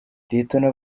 lieutenant